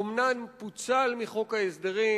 אומנם הוא פוצל מחוק ההסדרים,